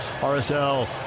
RSL